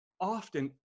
often